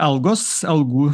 algos algų